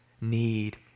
need